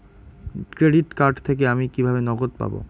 Credit card থেকে আমি কিভাবে নগদ পাব?